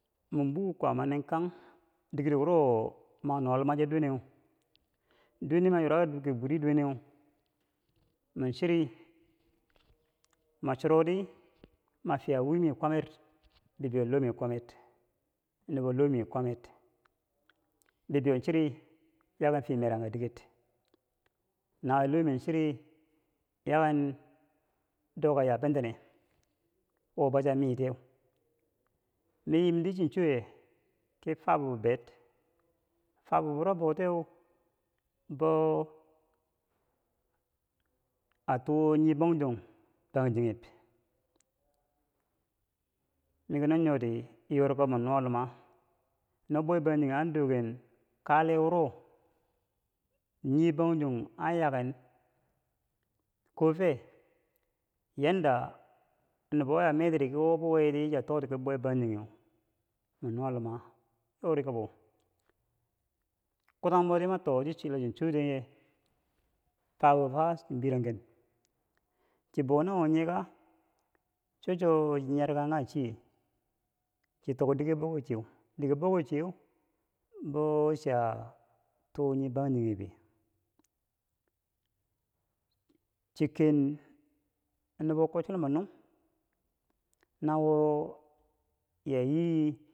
min bu kwaama nin kang dikero wuro ma nuwa luma cheko duweneu duweneu ma yurauki bwiri duweneu mi cheri ma churo di ma fiya wimi kwamer bibeiyo lomi kwamer bibeiyo cheri yaken fiye meranka diker nawiye lohmiu cheri yaken doka yabetenek wo bou cha mitiye mi yiim di chi choye ki fabubo ber fabubo buro boutiyeu bou a too nye bangjong bangjingheb mi ki no nyori yori kabo min luma no bwe bangjinghe an doken kale wuro nyii bangjong an yaken ko fe yanda nubo a metri ki wo bi weri chiya toktiki bwe bangjingheu mi nuwa luma yorikabo kutanbodiri mato chi choten ye fabu boufa chi berangken chibou nawo nyenka cho chwo nyi yarkan kanghe chiye chi tokdiker boukichiye bou chia too nyii bangjinghebe chi ken nubo kwob chilombo nung nawo yayii